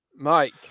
Mike